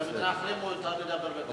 לאחרים מותר לדבר בפלאפון.